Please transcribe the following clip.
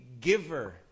giver